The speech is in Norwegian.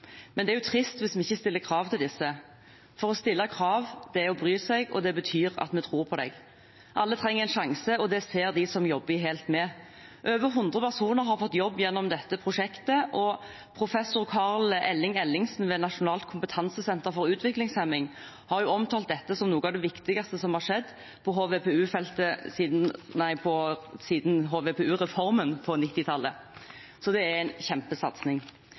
men det er trist hvis vi ikke stiller krav til disse, for å stille krav er å bry seg, og det betyr at vi tror på dem. Alle trenger en sjanse, og det ser de som jobber i HELT MED. Over 100 personer har fått jobb gjennom dette prosjektet. Professor Karl Elling Ellingsen ved Nasjonalt kompetansemiljø om utviklingshemming har omtalt dette som noe av det viktigste som har skjedd på feltet siden HVPU-reformen på 1990-tallet, så det er en kjempesatsing.